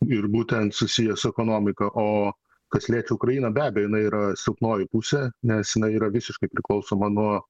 ir būtent susiję su ekonomika o kas liečia ukrainą be abejo jinai yra silpnoji pusė nes jinai yra visiškai priklausoma nuo